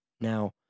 Now